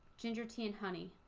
ginger tea and honey